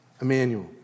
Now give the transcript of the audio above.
Emmanuel